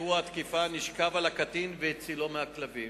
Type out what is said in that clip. השכן אשר הבחין באירוע התקיפה נשכב על הקטין והצילו מהכלבים.